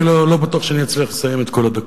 אני לא בטוח שאני אצליח לסיים את כל הדקות,